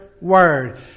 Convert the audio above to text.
word